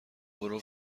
پرو